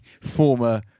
former